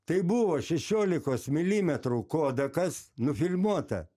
tai buvo šešiolikos milimetrų kodakas nufilmuota